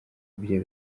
byo